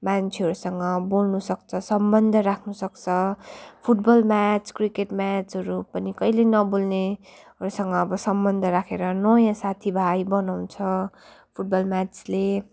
मान्छेहरूसँग बोल्नुसक्छ सम्बन्ध राख्नुसक्छ फुटबल म्याच क्रिकेट म्याचहरू पनि कहिल्यै नबोल्नेहरूसँग अब सम्बन्ध राखेर नयाँ साथीभाइ बनाउँछ फुटबल म्याचले